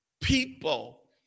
people